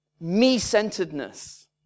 me-centeredness